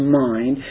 mind